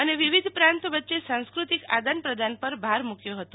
અને વિવિધ પ્રાંત વચ્ચે સાંસ્કૃતિ આદાનપ્રદાન પર ભાર મુક્યો હતો